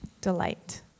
Delight